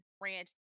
Grant